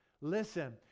Listen